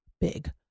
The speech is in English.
big